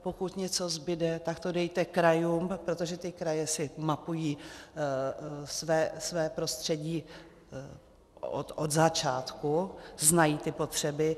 Pokud něco zbude, tak to dejte krajům, protože ty kraje si mapují své prostředí od začátku, znají ty potřeby.